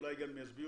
אולי גם יסבירו,